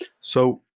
So-